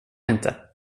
inte